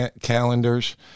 calendars